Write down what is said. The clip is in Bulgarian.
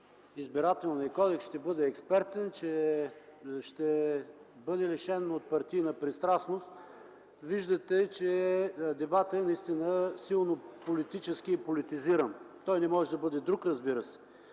Избирателния кодекс ще бъде експертен, ще бъде лишен от партийна пристрастност. Виждате, че дебатът е силно политизиран. Той не може да бъде друг, разбира се.